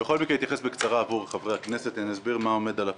בכל מקרה אתייחס בקצרה עבור חברי הכנסת ואסביר מה עומד על הפרק.